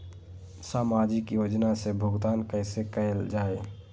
सामाजिक योजना से भुगतान कैसे कयल जाई?